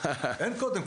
אין קודם,